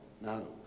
No